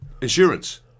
Insurance